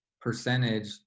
percentage